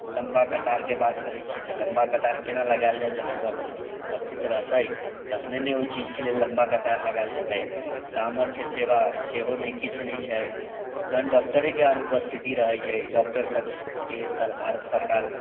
लम्बा कतारके बात करैत छी तऽ लम्बा कतार केना लगायल जाय जहन डॉक्टर ओतय उपस्थित रहतै तखने ने ओहि चीजके लेल लम्बा कतार लगायल जेतै सामर्थ्य सेवा सेहो नहि किछ नहि छै जखन डॉक्टरेके अनुपस्थिति रहैत छै डॉक्टरसभके सर भारत सरकार